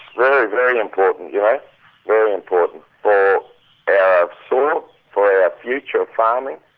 very, very important, yeah very important for our soil, for our future of farming,